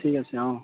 ঠিক আছে অঁ